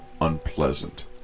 Unpleasant